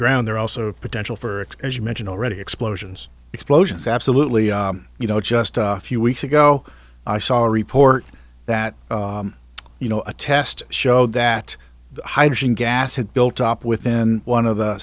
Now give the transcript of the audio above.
ground they're also potential for it as you mentioned already explosions explosions absolutely you know just a few weeks ago i saw a report that you know a test showed that hydrogen gas had built up within one of the